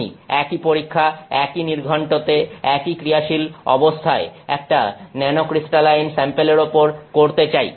আমি একই পরীক্ষা একই নির্ঘণ্টতে একই ক্রিয়াশীল অবস্থায় একটা ন্যানোক্রিস্টালাইন স্যাম্পেলের ওপর করতে চাই